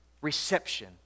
reception